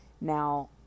Now